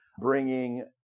bringing